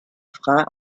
frein